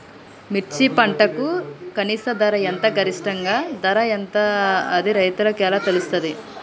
మిర్చి పంటకు కనీస ధర ఎంత గరిష్టంగా ధర ఎంత అది రైతులకు ఎలా తెలుస్తది?